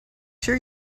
sure